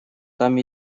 там